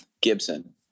gibson